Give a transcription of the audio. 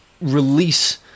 release